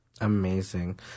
Amazing